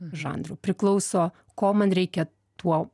žanrų priklauso ko man reikia tuo